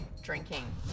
drinking